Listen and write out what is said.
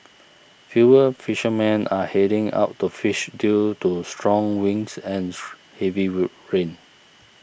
fewer fishermen are heading out to fish due to strong winds and heavy road rain